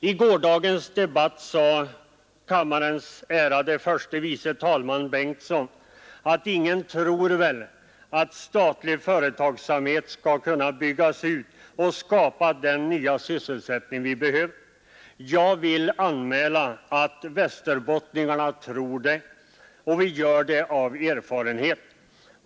I gårdagens debatt sade kammarens ärade förste vice talman herr Bengtson, att ingen tror väl att statlig företagsamhet skall kunna byggas ut och skapa den nya sysselsättning vi behöver, Jag vill anmäla att västerbottningarna tror det, och det gör vi av erfarenhet.